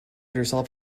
herself